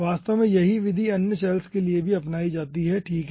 वास्तव में यही विधि अन्य सैल्स के लिए भी अपनाई जाती है ठीक है